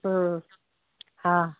हा